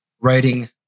writing